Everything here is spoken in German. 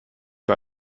für